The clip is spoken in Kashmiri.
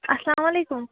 السلامُ علیکُم